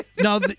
No